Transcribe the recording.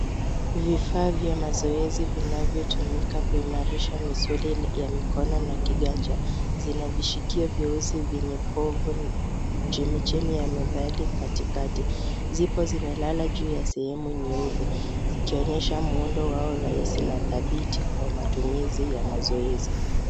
Vifaa vya mazoezi vinavyotumika kuimarisha misuli ya mikono na kiganja zina vishikio vyeusi vyenye povu na chemichchemi ya medali katikati. Zipo zimelala juu ya sehemu nyeupe zikionyesha muundo wa rahisi na dhabiti kwa matumizi ya mazoezi.